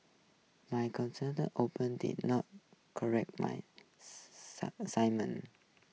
my content the open did not correct my simon